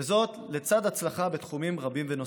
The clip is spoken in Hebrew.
וזאת לצד הצלחה בתחומים רבים נוספים.